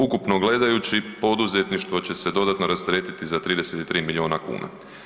Ukupno gledajući poduzetništvo će se dodatno rasteretiti za 33 milijuna kuna.